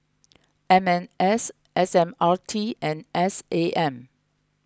M M S S M R T and S A M